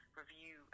review